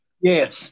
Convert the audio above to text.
Yes